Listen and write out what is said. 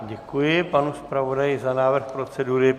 Děkuji panu zpravodaji za návrh procedury.